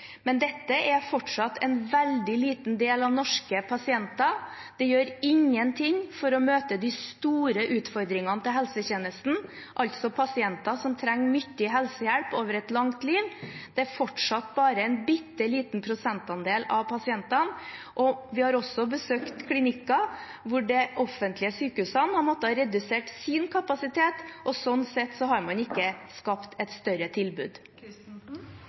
men det er fortsatt en veldig liten del av de norske pasientene. Dette gjør ingenting for å møte de store utfordringene i helsetjenesten, altså pasienter som trenger mye helsehjelp gjennom et langt liv. Det er fortsatt bare en bitteliten prosentandel av pasientene. Vi har også besøkt klinikker hvor de offentlige sykehusene har måttet redusere sin kapasitet, og sånn sett har man ikke skapt et større tilbud.